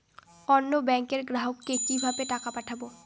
অন্য ব্যাংকের গ্রাহককে কিভাবে টাকা পাঠাবো?